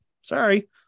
sorry